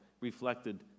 reflected